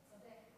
צודק.